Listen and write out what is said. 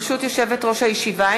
ברשות יושבת-ראש הישיבה,